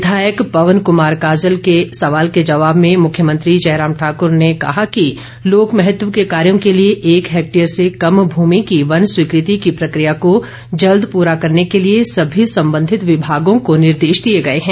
विधायक पवन कुमार काजल के सवाल के जवाब में मुख्यमंत्री जयराम ठाकुर ने कहा कि लोक महत्व के कार्यो के लिए एक हैक्टेयर से कम भूमि की वन स्वीकृति की प्रक्रिया को जल्द पूरा करने के लिए सभी संबंधित विभागों को निर्देश दिए जाएंगे